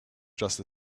just